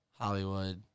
Hollywood